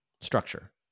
structure